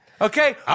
Okay